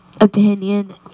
opinion